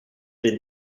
been